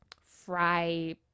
fry